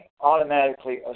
automatically